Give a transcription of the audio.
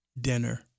dinner